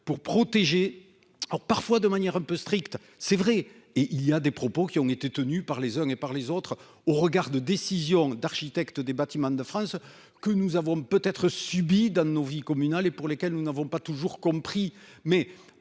pour protéger alors parfois de manière un peu stricte, c'est vrai et il y a des propos qui ont été tenus par les uns et par les autres au regard de décisions d'architecte des Bâtiments de France, que nous avons peut-être subi dans nos vies communal et pour lesquels nous n'avons pas toujours compris,